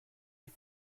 die